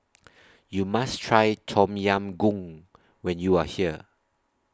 YOU must Try Tom Yam Goong when YOU Are here